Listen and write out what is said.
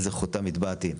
איזה חותם הטבעתי.